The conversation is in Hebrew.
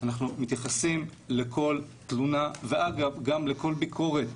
אנחנו מתייחסים לכל תלונה ואגב גם לכל ביקורת